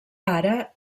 ara